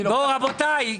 אני לוקח צעד אחורה.